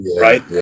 right